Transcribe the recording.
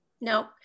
no